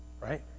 Right